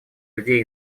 людей